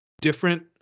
different